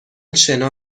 شنا